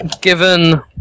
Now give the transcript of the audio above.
Given